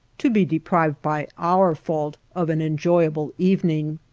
to be deprived by our fault of an enjoyable evening!